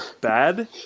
bad